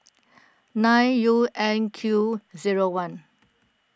nine U N Q zero one